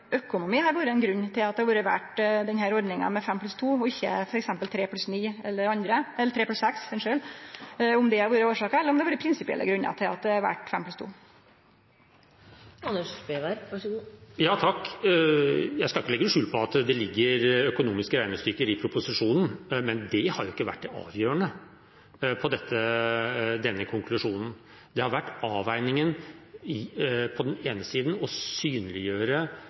økonomi har vore årsaka til at ein har valt ordninga fem pluss to og ikkje f.eks. tre pluss seks, eller om det er prinsipielle grunnar til at ein har valt fem pluss to. Jeg skal ikke legge skjul på at det ligger økonomiske regnestykker i proposisjonen, men det har ikke vært det avgjørende for denne konklusjonen. Det har vært avveiningen – på den ene siden å synliggjøre